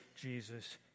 Jesus